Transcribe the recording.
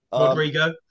rodrigo